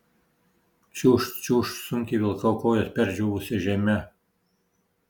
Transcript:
čiūžt čiūžt sunkiai vilkau kojas perdžiūvusia žeme